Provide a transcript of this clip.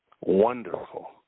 wonderful